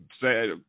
say